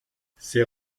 ses